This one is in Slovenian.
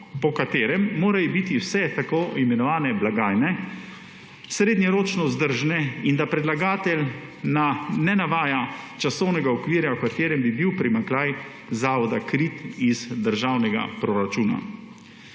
po katerem morajo biti vse tako imenovane blagajne srednjeročno vzdržne, in da predlagatelj ne navaja časovnega okvirja, v katerem bi bil primanjkljaj zavoda krit iz državnega proračuna.